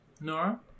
Nora